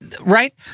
Right